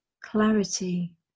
clarity